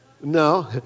No